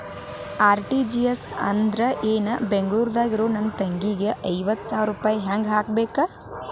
RTGS ಅಂದ್ರ ಏನು ಮತ್ತ ಬೆಂಗಳೂರದಾಗ್ ಇರೋ ನನ್ನ ತಂಗಿಗೆ ಐವತ್ತು ಸಾವಿರ ರೂಪಾಯಿ ಹೆಂಗ್ ಹಾಕಬೇಕು?